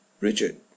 Richard